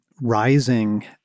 rising